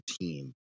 team